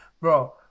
bro